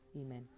Amen